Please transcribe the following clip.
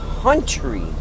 country